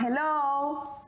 hello